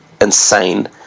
insane